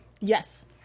Yes